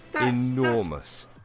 enormous